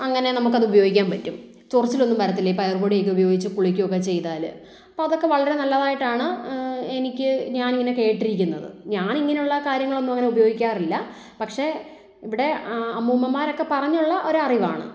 അങ്ങനെ നമുക്കത് ഉപയോഗിക്കാൻ പറ്റും ചൊറിച്ചിലൊന്നും വരത്തില്ല ഈ പയറു പൊടിയൊക്കെ ഉപയോഗിച്ച് കുളിക്കുക ഒക്കെ ചെയ്താൽ അപ്പോൾ അതൊക്കെ വളരെ നല്ലതായിട്ടാണ് എനിക്ക് ഞാനിങ്ങനെ കേട്ടിരിക്കുന്നത് ഞാന് ഇങ്ങനെ ഉള്ള കാര്യങ്ങളൊന്നും അങ്ങനെ ഉപയോഗിക്കാറില്ല പക്ഷേ ഇവിടെ അമ്മൂമ്മമാരൊക്കെ പറഞ്ഞുള്ള ഒരറിവാണ്